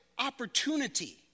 Opportunity